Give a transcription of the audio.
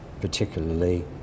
particularly